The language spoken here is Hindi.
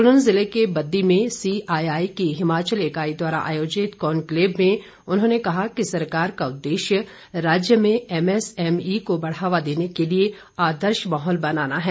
सोलन जिले के बद्दी में सीआईआई की हिमाचल इकाई द्वारा आयोजित कॉनक्लेव में उन्होंने कहा कि सरकार का उद्देश्य राज्य में एमएसएमई को बढ़ावा देने के लिए आदर्श माहौल बनाना है